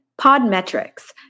Podmetrics